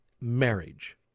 marriage